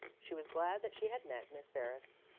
she was glad that she had met miss ferris.